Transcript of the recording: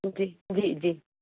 जी जी जी